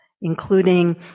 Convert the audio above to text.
including